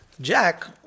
Jack